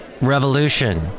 Revolution